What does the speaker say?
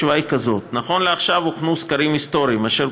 התשובה היא כזאת: נכון לעכשיו הוכנו סקרים היסטוריים אשר